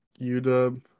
UW